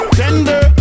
tender